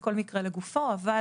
זה כל מקרה לגופו אבל